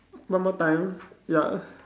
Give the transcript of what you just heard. one more time ya